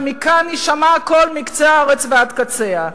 ומכאן יישמע הקול מקצה הארץ ועד קצה.